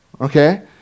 Okay